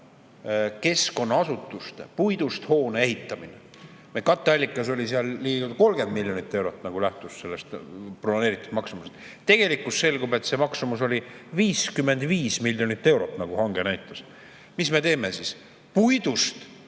keskkonnaasutuste puidust hoone ehitamine. Katteallikas oli seal ligikaudu 30 miljonit eurot, nagu lähtus sellest broneeritud maksumusest. Tegelikult selgub, et see maksumus oli 55 miljonit eurot, nagu hange näitas. Mis me teeme siis? Albert